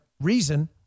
Reason